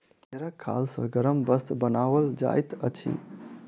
भेंड़क खाल सॅ गरम वस्त्र बनाओल जाइत अछि